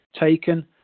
taken